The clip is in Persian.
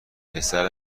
پسر